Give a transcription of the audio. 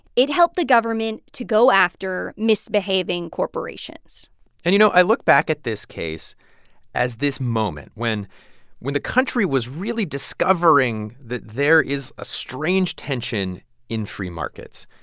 it helped the government to go after misbehaving corporations and, you know, i look back at this case as this moment when when the country was really discovering that there is a strange tension in free markets.